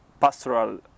pastoral